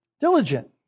Diligent